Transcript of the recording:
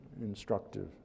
instructive